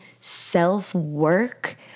self-work